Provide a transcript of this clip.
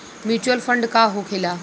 Mutual fund का होखेला?